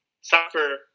suffer